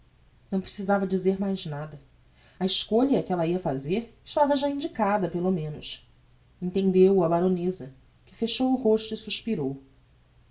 não precisava dizer mais nada a escolha que ella ia fazer estava já indicada pelo menos entendeu o a baroneza que fechou o rosto e suspirou